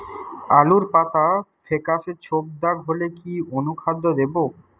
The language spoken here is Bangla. আলুর পাতা ফেকাসে ছোপদাগ হলে কি অনুখাদ্য দেবো?